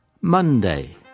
Monday